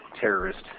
terrorist